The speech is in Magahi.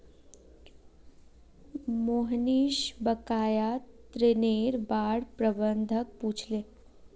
मोहनीश बकाया ऋनेर बार प्रबंधक पूछले